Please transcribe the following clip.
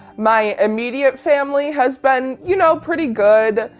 my immediate family has been, you know, pretty good,